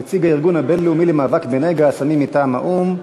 נציג הארגון הבין-לאומי למאבק בנגע הסמים מטעם האו"ם,